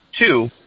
Two